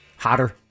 Hotter